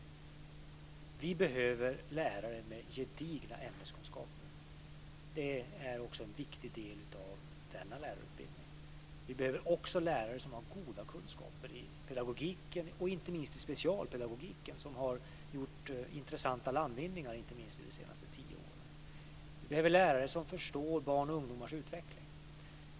Vi behöver lärare med gedigna ämneskunskaper. Det är också en viktig del av denna lärarutbildning. Vi behöver lärare som har goda kunskaper i pedagogik, inte minst i specialpedagogiken, som har gjort intressanta landvinningar under de senaste tio åren. Vi behöver lärare som förstår barns och ungdomars utveckling.